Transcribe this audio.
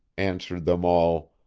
answered them all,